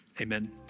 amen